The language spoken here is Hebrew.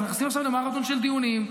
אנחנו נכנסים עכשיו למרתון של דיונים.